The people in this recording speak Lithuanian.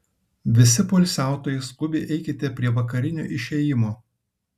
visi poilsiautojai skubiai eikite prie vakarinio išėjimo